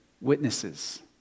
witnesses